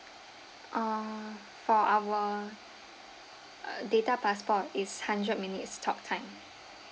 uh for our uh data passport is hundred minutes talk time